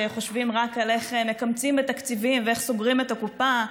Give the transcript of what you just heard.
שחושבים רק על איך מקמצים בתקציבים ואיך סוגרים את הקופה,